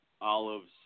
olives